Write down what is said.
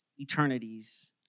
eternities